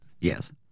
Yes